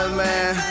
man